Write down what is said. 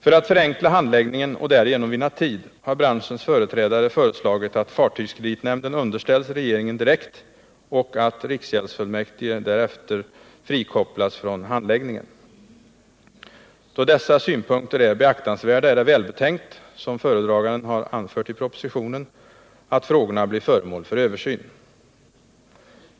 För att förenkla handläggningen och därigenom vinna tid har branschens företrädare föreslagit att fartygskreditnämnden underställs regeringen direkt och att riksgäldsfullmäktige därför frikopplas från handläggningen. Då dessa synpunkter är beaktansvärda är det välbetänkt —- som föredraganden har anfört i propositionen — att frågorna blir föremål för översyn.